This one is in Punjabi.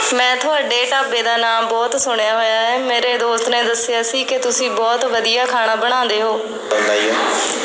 ਮੈਂ ਤੁਹਾਡੇ ਢਾਬੇ ਦਾ ਨਾਮ ਬਹੁਤ ਸੁਣਿਆ ਹੋਇਆ ਹੈ ਮੇਰੇ ਦੋਸਤ ਨੇ ਦੱਸਿਆ ਸੀ ਕਿ ਤੁਸੀਂ ਬਹੁਤ ਵਧੀਆ ਖਾਣਾ ਬਣਾਉਂਦੇ ਹੋ